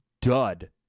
dud